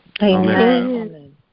Amen